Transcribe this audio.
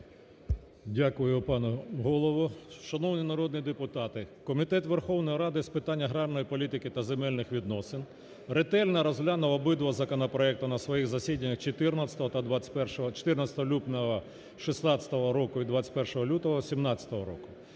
Дякую, пане Голово. Шановні народні депутати, Комітет Верховної Ради з питань агарної політики та земельних відносин ретельно розглянув обидва законопроекти на своїх засіданнях 14-го та 21-го… 14 лютого 2016 року